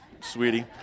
sweetie